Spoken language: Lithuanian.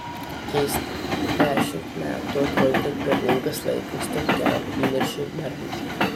keista dešimt metų atrodytų per ilgas laikas tokiam įniršiui merdėti